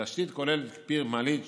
התשתית כוללת פיר מעלית,